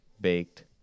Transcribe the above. baked